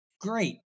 great